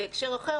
זה בהקשר אחר,